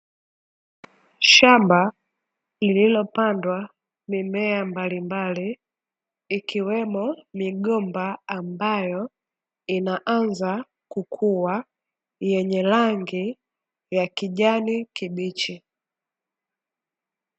Shamba lililopandwa mimea mbalimbali, ikiwemo migomba ambayo inaanza kukua, yenye rangi ya kijani kibichi.